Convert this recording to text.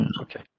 Okay